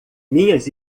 minhas